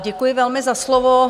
Děkuji velmi za slovo.